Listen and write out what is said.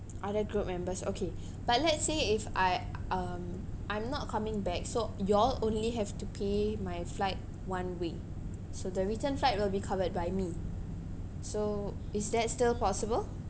other group members okay but let's say if I um I'm not coming back so y'all only have to pay my flight one way so the return flight will be covered by me so is that still possible